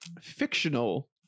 fictional